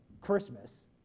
Christmas